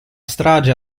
strage